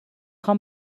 خوام